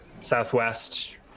southwest